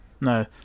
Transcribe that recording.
no